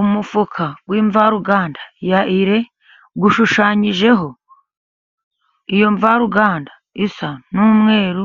Umufuka w'imvaruganda ya ire, ushushanyijeho iyo mvaruganda isa n'umweru,